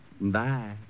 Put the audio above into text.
Bye